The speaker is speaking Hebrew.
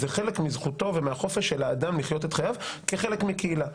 זה חלק מזכותו והחופש של האדם לחיות את חייו כחלק מקהילה.